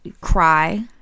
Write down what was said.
Cry